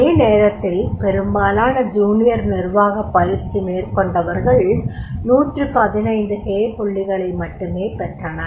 அதே நேரத்தில் பெரும்பாலான ஜூனியர் நிர்வாகப் பயிற்சி மேற்கொண்டவர்கள் 115 ஹே புள்ளிகளை மட்டுமே பெற்றனர்